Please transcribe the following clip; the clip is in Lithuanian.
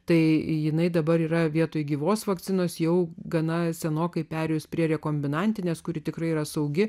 tai jinai dabar yra vietoj gyvos vakcinos jau gana senokai perėjus prie rekombinantinės kuri tikrai yra saugi